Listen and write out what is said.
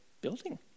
building